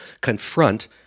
confront